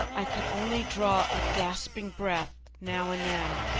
i could only draw a gasping breath now and then.